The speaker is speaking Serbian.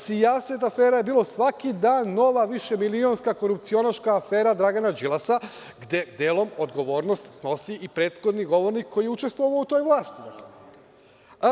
Sijaset afera je bilo, svaki dan nova višemilionska, korupcionaška afera Dragana Đilasa, gde delom odgovornost snosi i prethodni govornik koji je učestvovao u toj vlasti, dakle.